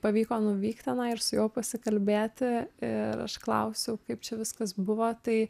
pavyko nuvykt tenai ir su juo pasikalbėti ir aš klausiau kaip čia viskas buvo tai